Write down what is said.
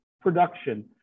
production